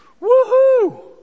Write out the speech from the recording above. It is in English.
woohoo